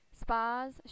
spas